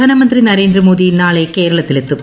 പ്രധാനമന്ത്രി നരേന്ദ്രമോദി നാളെ കേരളത്തിലെത്തും